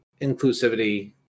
inclusivity